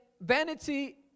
vanity